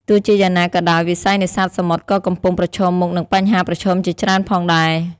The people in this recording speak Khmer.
ទោះជាយ៉ាងណាក៏ដោយ វិស័យនេសាទសមុទ្រក៏កំពុងប្រឈមមុខនឹងបញ្ហាប្រឈមជាច្រើនផងដែរ។